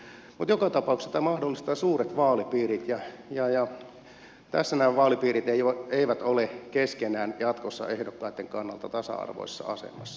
mutta joka tapauksessa tämä mahdollistaa suuret vaalipiirit ja tässä nämä vaalipiirit eivät ole keskenään jatkossa ehdokkaitten kannalta tasa arvoisessa asemassa